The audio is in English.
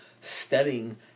studying